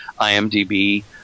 IMDb